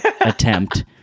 attempt